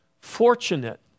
fortunate